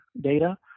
data